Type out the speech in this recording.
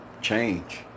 change